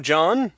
John